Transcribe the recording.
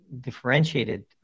differentiated